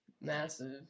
Massive